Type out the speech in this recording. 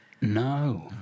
No